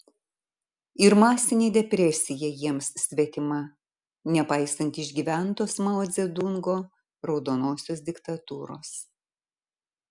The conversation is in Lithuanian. ir masinė depresija jiems svetima nepaisant išgyventos mao dzedungo raudonosios diktatūros